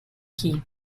key